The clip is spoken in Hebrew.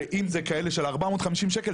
ואם זה כאלה של 450 שקלים,